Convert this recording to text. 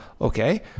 Okay